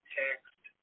text